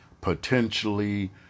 potentially